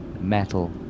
metal